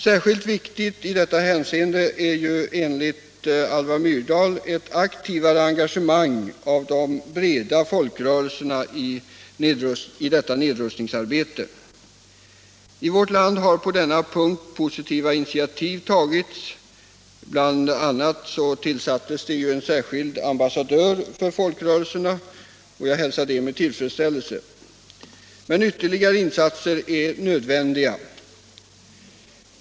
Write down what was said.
Särskilt viktigt i detta hänseende är enligt Alva Myrdal ett aktivare engagemang av de breda folkrörelserna i nedrustningsarbetet. I vårt land har på denna punkt positiva initiativ tagits, bl.a. genom tillsättandet av en särskild ambassadör för folkrörelserna. Jag hälsar det med tillfredsställelse. Men ytterligare insatser är nödvändiga.